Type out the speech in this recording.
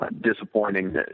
Disappointing